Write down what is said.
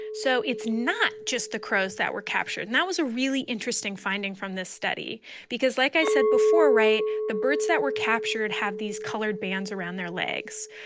so it's not just the crows that were captured. and that was a really interesting finding from this study because like i said before right? the birds that were captured have these colored bands around their legs,